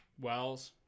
Wells